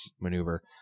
maneuver